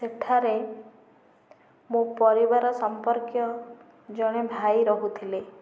ସେଠାରେ ମୋ ପରିବାର ସମ୍ପର୍କୀୟ ଜଣେ ଭାଇ ରହୁଥିଲେ